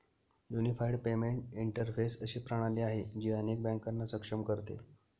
unified payment interface अशी प्रणाली आहे, जी अनेक बँकांना सक्षम करते